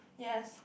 yes